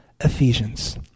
Ephesians